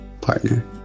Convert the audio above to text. partner